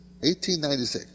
1896